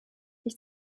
ich